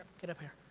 get up here.